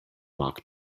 mock